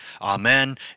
Amen